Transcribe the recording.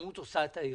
כמות עושה את האיכות.